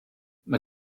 mae